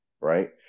right